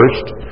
first